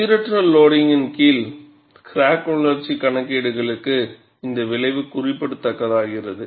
சீரற்ற லோடிங்கின் கீழ் கிராக் வளர்ச்சி கணக்கீடுகளுக்கு இந்த விளைவு குறிப்பிடத்தக்கதாகிறது